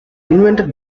invented